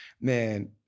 Man